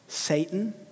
Satan